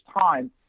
time